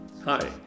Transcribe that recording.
Hi